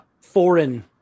foreign